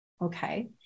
okay